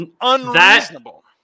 unreasonable